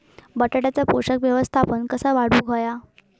बटाट्याचा पोषक व्यवस्थापन कसा वाढवुक होया?